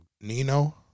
Nino